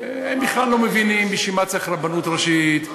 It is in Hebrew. הם בכלל לא מבינים בשביל מה צריך רבנות ראשית.